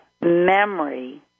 memory